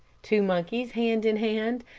two monkeys hand in hand,